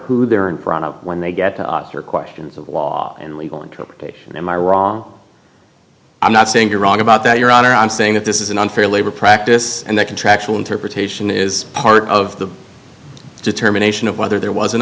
who they're in front of when they get to your questions of law and legal interpretation am i wrong i'm not saying you're wrong about that your honor i'm saying that this is an unfair labor practice and that contractual interpretation is part of the determination of whether there was an